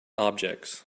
objects